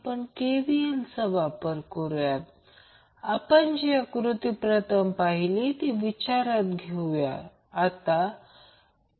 तर Vab 210 angle 0o हा reference घ्यावा लागेल